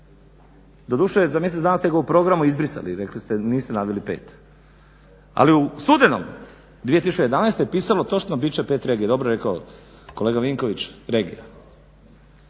doduše za mjesec dana ste ga u programu izbrisali, rekli ste niste naveli pet. Ali u studenom 2011. je pisalo točno bit će pet regija, dobro je rekao kolega Vinković regija.